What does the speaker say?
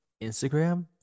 Instagram